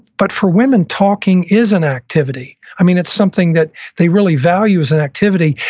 but for women, talking is an activity. i mean, it's something that they really value as an activity,